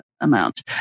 amount